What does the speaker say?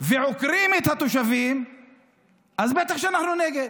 ועוקרים את התושבים, אז בטח שאנחנו נגד.